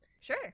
Sure